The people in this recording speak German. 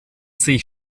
sich